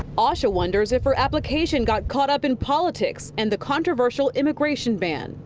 ah she wonders if her application got caught up in politics and the controversial immigration ban.